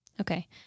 Okay